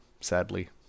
sadly